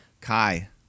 Kai